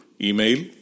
email